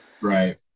right